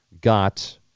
got